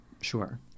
Sure